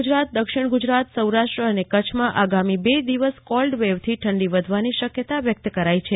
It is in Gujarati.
ગુજરાતદક્ષિણગુજરાતસૌરાષ્ટ્ર અને કરછમાં આગામી બે દિવસ કોલ્ડવેવ થી ઠંડી વધવાની શક્યતા વ્યક્ત કરાઈ છે